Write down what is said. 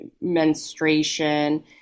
menstruation